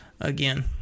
again